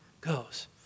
goes